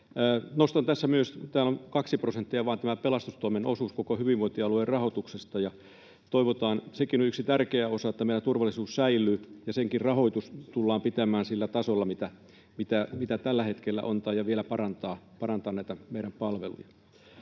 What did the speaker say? Nostan tässä myös, että pelastustoimen osuus koko hyvinvointialueen rahoituksesta on vain kaksi prosenttia, ja sekin on yksi tärkeä osa, että meillä turvallisuus säilyy ja senkin rahoitus tullaan pitämään sillä tasolla, mitä se tällä hetkellä on tai vielä parannetaan näitä meidän palveluja.